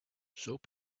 soap